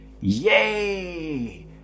yay